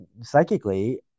psychically